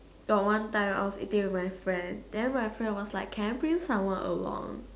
got one time I was eating with my friend then my friend was like can I bring someone along